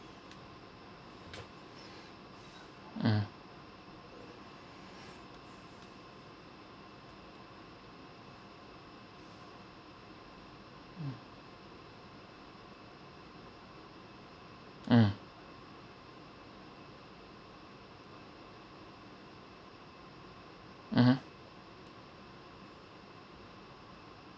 mm mm mm mmhmm